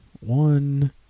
one